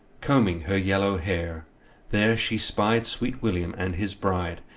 combing her yellow hair there she spyed sweet william and his bride,